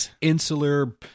insular